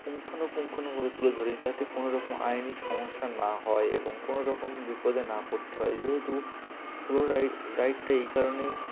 পুঙ্খানুপুঙ্খভাবে তুলে ধরি যাতে কোনো রকম আইনি সমস্যা না হয় এবং কোনো রকম বিপদে না পড়তে হয় যেহেতু সোলো রাই রাইডটা এই কারণেই